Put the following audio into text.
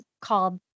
called